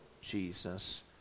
Jesus